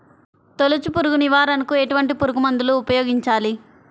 తొలుచు పురుగు నివారణకు ఎటువంటి పురుగుమందులు ఉపయోగించాలి?